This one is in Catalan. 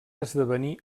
esdevenir